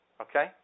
Okay